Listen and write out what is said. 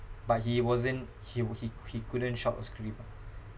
but he wasn't he wou~ he he couldn't shout or scream ah